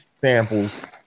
samples